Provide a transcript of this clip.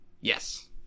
Yes